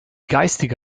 geistige